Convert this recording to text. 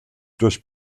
durch